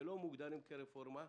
שלא מוגדים כרפורמה,